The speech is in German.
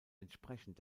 entsprechend